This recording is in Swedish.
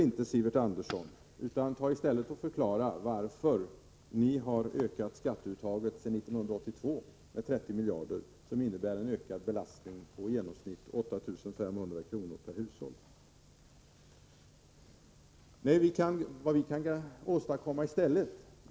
Nej, Sivert Anderssons resonemang håller inte. Förklara i stället varför ni har ökat skatteuttaget sedan 1982 med 30 miljarder, vilket innebär en ökad belastning på i genomsnitt 8 500 kr. per hushåll.